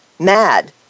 mad